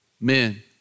men